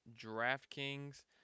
DraftKings